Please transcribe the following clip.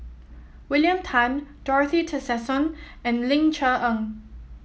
William Tan Dorothy Tessensohn and Ling Cher Eng